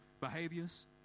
behaviors